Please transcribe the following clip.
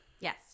Yes